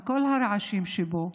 עם כל הרעשים שבו.